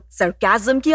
sarcasm